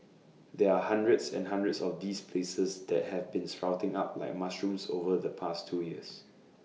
there are hundreds and hundreds of these places that have been sprouting up like mushrooms over the past two years